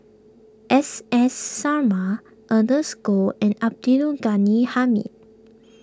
S S Sarma Ernest Goh and Abdul Ghani Hamid